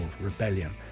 rebellion